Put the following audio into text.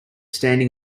standing